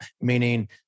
meaning